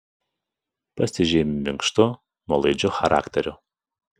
pasižymi minkštu nuolaidžiu charakteriu